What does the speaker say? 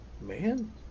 Man